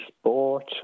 sport